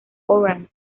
orange